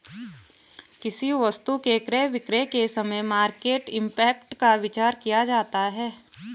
किसी वस्तु के क्रय विक्रय के समय मार्केट इंपैक्ट का विचार किया जाता है